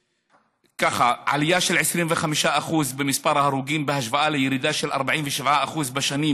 ככה: עלייה של 25% במספר ההרוגים בהשוואה לירידה של 47% בשנים